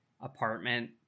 apartment